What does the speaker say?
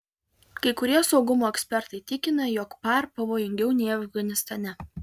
kai kurie saugumo ekspertai tikina jog par pavojingiau nei afganistane